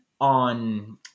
on